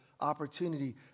opportunity